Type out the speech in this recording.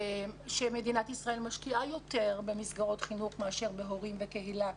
שמדינת ישראל משקיעה יותר במסגרות חינוך מאשר בהורים וקהילה,